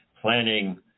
planning